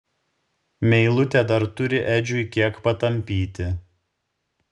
meilutė dar turi edžiui kiek patampyti